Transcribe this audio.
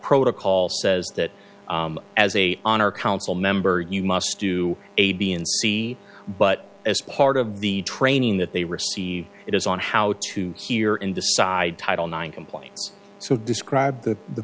protocol says that as a honor council member you must do a b and c but as part of the training that they receive it is on how to hear and decide title nine complaints so describe the the